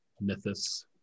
mythos